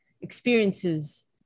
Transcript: experiences